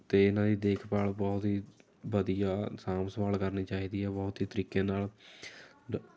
ਅਤੇ ਇਨ੍ਹਾਂ ਦੀ ਦੇਖਭਾਲ ਬਹੁਤ ਹੀ ਵਧੀਆ ਸਾਂਭ ਸੰਭਾਲ ਕਰਨੀ ਚਾਹੀਦੀ ਹੈ ਬਹੁਤ ਹੀ ਤਰੀਕੇ ਨਾਲ